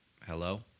Hello